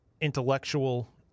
intellectual